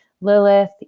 Lilith